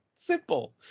simple